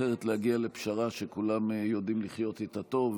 אחרת להגיע לפשרה שכולם יודעים לחיות איתה טוב,